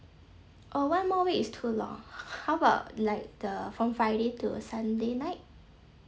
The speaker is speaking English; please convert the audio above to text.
oh one more week is too long how about like the from friday to sunday night